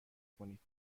کنید